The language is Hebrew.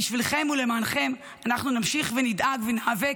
בשבילכן ולמענכן אנחנו נמשיך ונדאג וניאבק,